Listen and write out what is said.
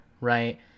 right